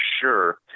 sure